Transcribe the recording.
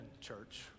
church